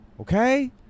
okay